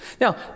Now